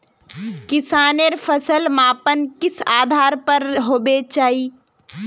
किसानेर फसल मापन किस आधार पर होबे चही?